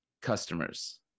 Customers